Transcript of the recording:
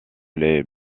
les